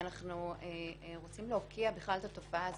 ואנחנו רוצים להוקיע בכלל את התופעה הזאת.